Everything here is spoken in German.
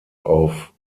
auf